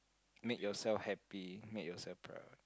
make yourself happy make yourself proud